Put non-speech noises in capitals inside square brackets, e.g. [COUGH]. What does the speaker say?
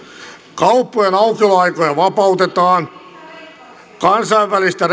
kauppojen aukioloaikoja vapautetaan kansainvälistä [UNINTELLIGIBLE]